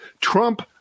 Trump